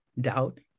doubt